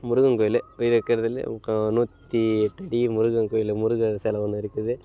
முருகன் கோவிலு இருக்கிறதுலே நூற்றி எட்டு அடி முருகர் கோவிலு முருகர் சில ஒன்று இருக்குது